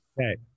Okay